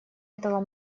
этого